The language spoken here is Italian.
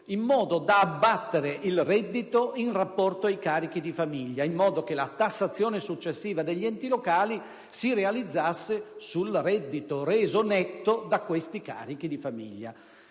in modo da abbattere il reddito in rapporto ai carichi di famiglia, così che la tassazione successiva degli enti locali si realizzasse sul reddito reso netto dai carichi di famiglia.